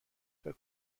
فکر